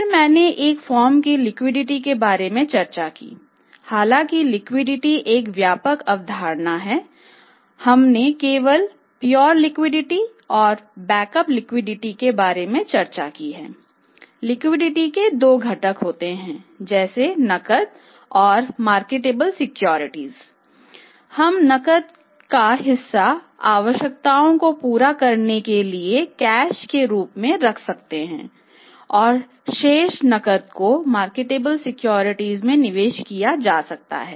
फिर मैंने एक फर्म की लिक्विडिटी में निवेश किया जा सकता है